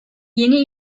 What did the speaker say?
yeni